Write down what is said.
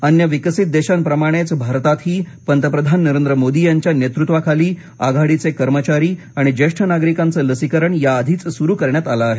अन्य विकसित देशांप्रमाणेच भारतातही पंतप्रधान नरेंद्र मोदी यांच्या नेतृत्वाखाली आघाडीचे कर्मचारी आणि ज्येष्ठ नागरिकांचं लसीकरण याआधीच सुरू करण्यात आलं आहे